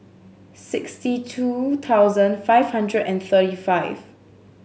sixty two thousand five hundred and thirty five